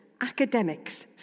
Academics